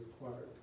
required